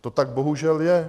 To tak bohužel je.